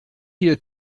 here